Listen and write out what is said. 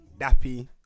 Dappy